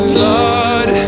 Blood